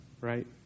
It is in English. right